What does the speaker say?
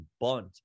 bunt